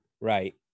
Right